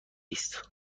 است